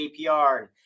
APR